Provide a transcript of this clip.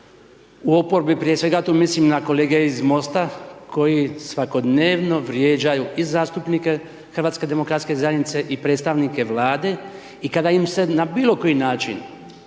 u oporbi prije svega, to mislim na kolege iz MOST-a koji svakodnevno vrijeđaju i zastupnike HDZ-a i predstavnike Vlade i kada im se na bilo koji način